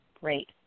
Great